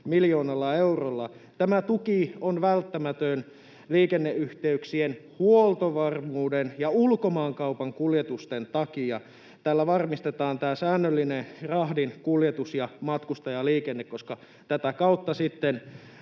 miljoonalla eurolla. Tämä tuki on välttämätön liikenneyhteyksien, huoltovarmuuden ja ulkomaankaupan kuljetusten takia. Tällä varmistetaan säännöllinen rahdin kuljetus ja matkustajaliikenne, koska näitten